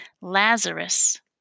Lazarus